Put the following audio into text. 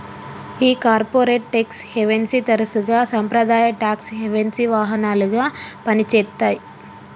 ఈ corporate tax హేవెన్ని తరసుగా సాంప్రదాయ టాక్స్ హెవెన్సి వాహనాలుగా పని చేత్తాయి